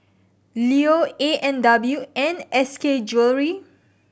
Leo A and W and S K Jewellery